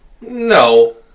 No